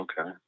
Okay